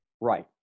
right